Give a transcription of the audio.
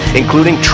including